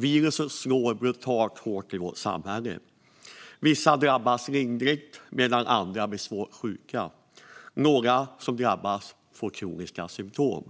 Viruset slår brutalt hårt mot vårt samhälle. Vissa drabbas lindrigt medan andra blir svårt sjuka, och några som drabbas får kroniska symtom.